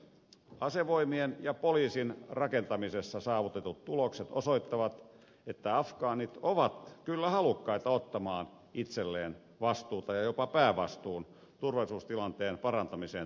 asevoimien ja poliisin rakentamisessa saavutetut tulokset osoittavat että afgaanit ovat kyllä halukkaita ottamaan itselleen vastuuta ja jopa päävastuun turvallisuustilanteen parantamiseen tähtäävässä toiminnassa